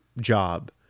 job